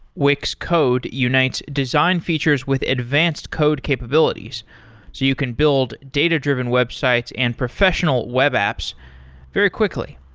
wix code unites design features with advanced code capabilities, so you can build data-driven websites and professional web apps very quickly.